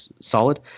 solid